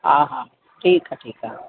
हा हा ठीकु आहे ठीकु आहे